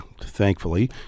thankfully